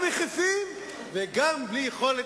לכנסת, ומה אני רואה?